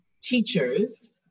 teachers